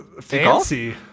fancy